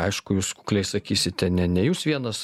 aišku jūs kukliai sakysite ne ne jūs vienas